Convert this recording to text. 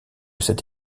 cette